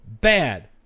bad